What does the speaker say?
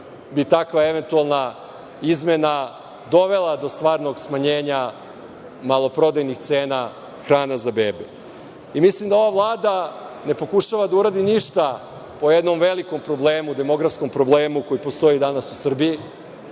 bi takva eventualna izmena dovela do stvarnog smanjenja maloprodajnih cena hrane za bebe. Mislim da ova Vlada ne pokušava da uradi ništa po jednom velikom, demografskom problemu koji postoji danas u Srbiji.